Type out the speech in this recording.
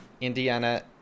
Indiana